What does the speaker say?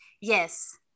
Yes